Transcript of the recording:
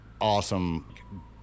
awesome